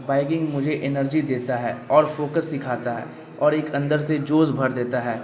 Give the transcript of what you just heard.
biking مجھے energy دیتا ہے اور فوکس سکھاتا ہے اور ایک اندر سے جوش بھر دیتا ہے